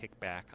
kickback